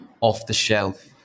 off-the-shelf